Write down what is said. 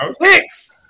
six